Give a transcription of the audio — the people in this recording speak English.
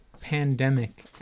pandemic